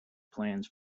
plans